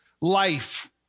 Life